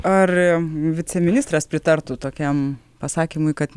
ar viceministras pritartų tokiam pasakymui kad